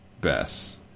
Bess